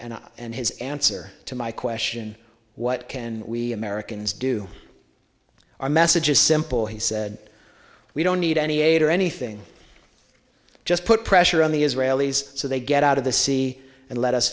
and and his answer to my question what can we americans do our message is simple he said we don't need any aid or anything just put pressure on the israelis so they get out of the sea and let us